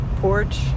porch